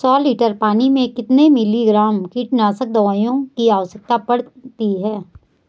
सौ लीटर पानी में कितने मिलीग्राम कीटनाशक दवाओं की आवश्यकता पड़ती है?